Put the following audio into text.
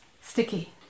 sticky